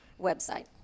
website